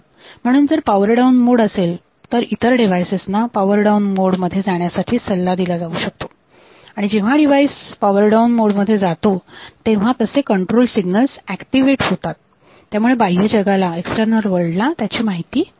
म्हणून जर power down mode असेल तर इतर डिव्हायसेस ना पॉवर डाऊन मोड मध्ये जाण्यासाठी सल्ला दिला जाऊ शकतो आणि जेव्हा डिवाइस पॉवर डाऊन मोड मध्ये जातो तेव्हा तसे कंट्रोल सिग्नल ऍक्टिव्हेट होतात त्यामुळे बाह्य जगाला त्याची माहिती होते